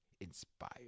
inspired